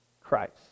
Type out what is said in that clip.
Christ